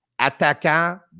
attaquant